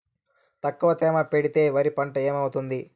తక్కువ తేమ పెడితే వరి పంట ఏమవుతుంది